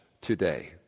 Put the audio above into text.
today